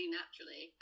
naturally